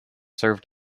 served